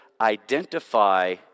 identify